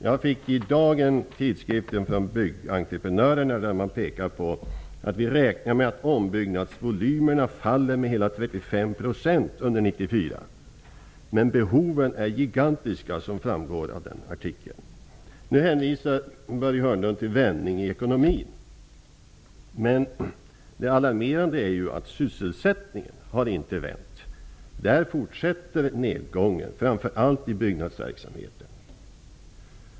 Jag fick i dag en tidskrift från Byggentreprenörerna, där det pekas på att man räknar med att ombyggnadsvolymerna faller med hela 35 % under hela 1994. Det framgår av artikeln att behoven är gigantiska. Nu hänvisar Börje Hörnlund till en vändning i ekonomin. Men det alarmerande är att sysselsättningen inte har vänt. Där fortsätter nedgången, framför allt i byggnadsverksamheten.